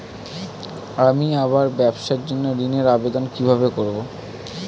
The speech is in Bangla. আমি আমার ব্যবসার জন্য ঋণ এর আবেদন কিভাবে করব?